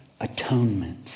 Atonement